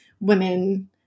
women